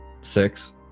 Six